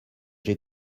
j’ai